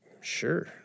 sure